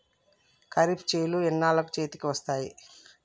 ఖరీఫ్ చేలు ఎన్నాళ్ళకు చేతికి వస్తాయి?